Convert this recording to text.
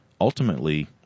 ultimately